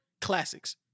classics